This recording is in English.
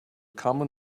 common